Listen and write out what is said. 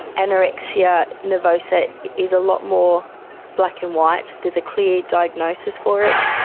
anorexia nervosa is a lot more black and white, there's a clear diagnosis for it,